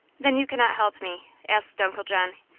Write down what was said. then you cannot help me? asked uncle john,